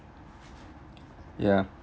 ya